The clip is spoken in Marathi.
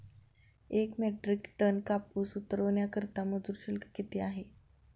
एक मेट्रिक टन कापूस उतरवण्याकरता मजूर शुल्क किती आहे?